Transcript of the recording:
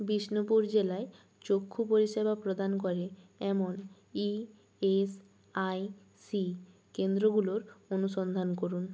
বিষ্ণুপুর জেলায় চক্ষু পরিষেবা প্রদান করে এমন ই এস আই সি কেন্দ্রগুলোর অনুসন্ধান করুন